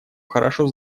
хорошо